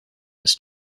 was